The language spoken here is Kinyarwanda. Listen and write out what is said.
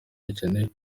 rukeneye